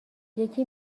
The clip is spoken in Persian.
یکی